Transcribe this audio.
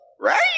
right